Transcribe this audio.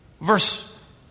Verse